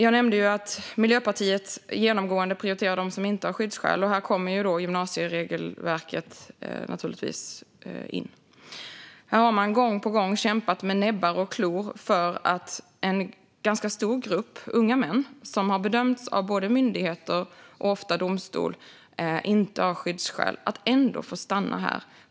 Jag nämnde att Miljöpartiet genomgående prioriterar dem som inte har skyddsskäl, och här kommer gymnasieregelverket naturligtvis in. Man har gång på gång kämpat med näbbar och klor för att en ganska stor grupp unga män som av myndigheter, och ofta av domstol, har bedömts inte ha skyddsskäl ändå ska få stanna här.